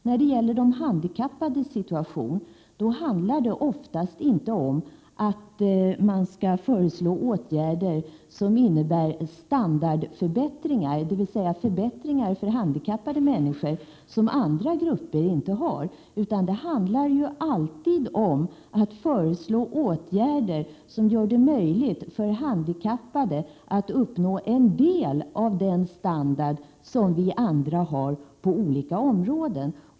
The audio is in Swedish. När det gäller de handikappades situation är det oftast inte fråga om att man skall föreslå åtgärder som innebär standardförbättringar, dvs. sådana förbättringar för handikappade människor som andra grupper inte får, utan det handlar alltid om att föreslå åtgärder som gör det möjligt för handikappade att uppnå en del av den standard som vi andra har på olika områden.